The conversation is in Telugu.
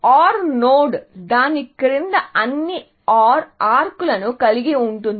OR నోడ్ దాని క్రింద అన్ని OR ఆర్క్లను కలిగి ఉంటుంది